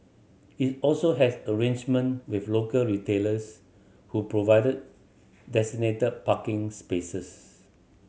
is also has arrangement with local retailers who provided designated parking spaces